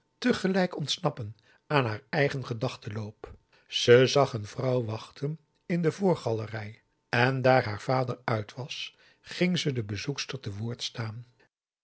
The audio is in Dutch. gelijk ontsnappen aan haar eigen gedachtenloop ze zag een vrouw wachten in de voorgalerij en daar haar vader uit was ging ze de bezoekster te woord staan